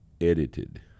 edited